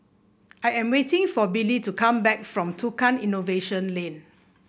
I am waiting for Billy to come back from Tukang Innovation Lane